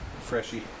freshy